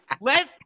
Let